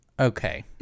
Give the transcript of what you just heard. Okay